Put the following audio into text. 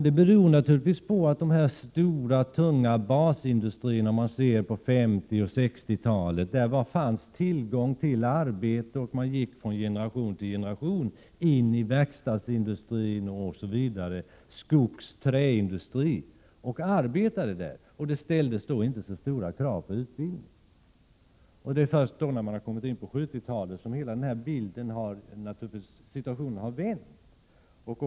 Det beror naturligtvis på att det under 50 och 60-talen fanns tillgång till arbete vid de stora, tunga basindustrierna. Från generation till generation gick man in för att arbeta i verkstadsindustrin, skogsoch träindustrin. Då ställdes det inte så stora krav på utbildning. Det är först under 70-talet som situationen har förändrats.